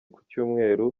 kucyumweru